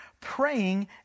praying